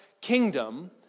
kingdom